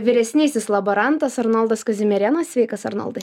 vyresnysis laborantas arnoldas kazimierėnas sveikas arnoldai